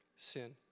sin